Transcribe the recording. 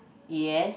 yes